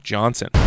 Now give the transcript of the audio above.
Johnson